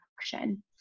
action